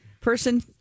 person